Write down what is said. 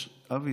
אבי,